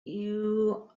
you